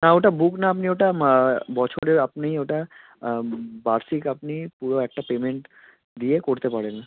না ওটা বুক না আপনি ওটা মা বছরে আপনি ওটা বার্ষিক আপনি পুরো একটা পেমেন্ট দিয়ে করতে পারেন